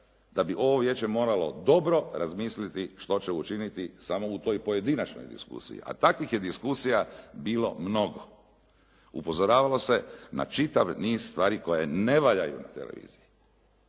da bi ovo vijeće moralo dobro razmisliti što će učiniti samo u toj pojedinačnoj diskusiji, a takvih je diskusija bilo mnogo. Upozoravalo se na čitav niz stvari koje ne valjaju na televiziji.